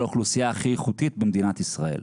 האוכלוסייה הכי איכותית במדינת ישראל.